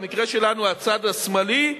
במקרה שלנו הצד השמאלי,